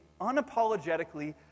unapologetically